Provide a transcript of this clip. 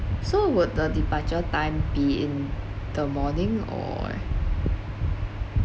so would the departure time be in the morning or